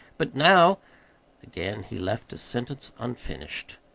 but now again he left a sentence unfinished.